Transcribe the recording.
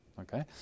Okay